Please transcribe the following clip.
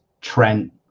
Trent